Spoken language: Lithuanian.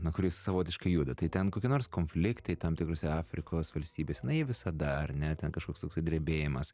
na kuris savotiškai juda tai ten kokie nors konfliktai tam tikrose afrikos valstybėse na jie visada ar ne ten kažkoks toks drebėjimas